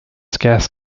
scarce